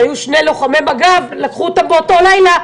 כשהיו שני לוחמי מג"ב לקחו אותם באותו לילה.